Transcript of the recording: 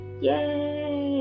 Yay